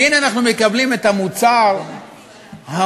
והנה, אנחנו מקבלים את המוצר המוגמר,